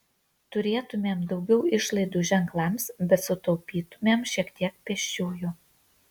turėtumėm daugiau išlaidų ženklams bet sutaupytumėm šiek tiek pėsčiųjų